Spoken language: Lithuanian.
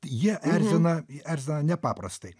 jie erzina erzina nepaprastai